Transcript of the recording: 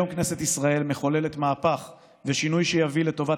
היום כנסת ישראל מחוללת מהפך שיביא שינוי לטובת